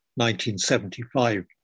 1975